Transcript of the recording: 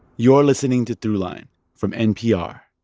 you're listening to throughline from npr